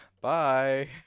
Bye